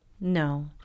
No